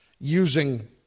using